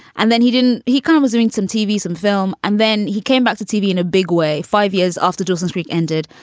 and then he didn't he come was doing some tv, some film, and then he came back to tv in a big way. five years after dawson's creek ended,